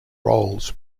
roles